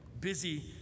busy